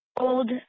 old